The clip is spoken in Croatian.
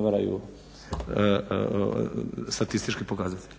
varaju statistički pokazatelji.